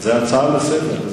זאת הצעה לסדר-היום.